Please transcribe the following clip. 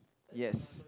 yes